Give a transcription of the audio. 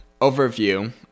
overview